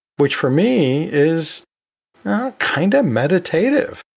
which for me is kind of meditative.